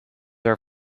are